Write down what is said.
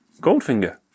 Goldfinger